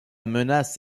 menace